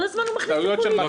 כל הזמן הוא מכניס פוליטיקה.